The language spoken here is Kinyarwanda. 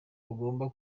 rugomba